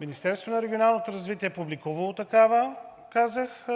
Министерството на регионалното развитие е публикувало такава, казах.